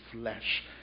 flesh